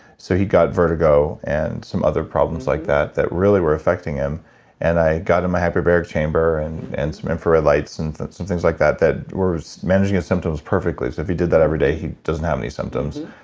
so he got vertigo and some other problems like that that really were affecting him and i got him a hyperbaric chamber and and some infrared lights and some things like that that were managing his symptoms perfectly so if he did that every day, he doesn't have any symptoms.